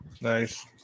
Nice